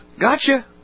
gotcha